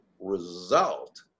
result